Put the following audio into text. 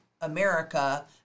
America